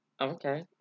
Okay